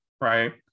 right